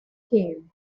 him